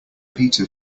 peter